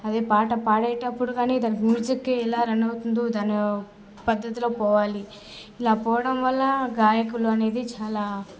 అది పాట పాడేటప్పుడు కానీ ఏదైనా మ్యూజిక్ ఎలా రన్ అవుతుందో దాని పద్దతిలో పోవాలి ఇలా పోవడం వల్ల గాయకులు అనేది చాలా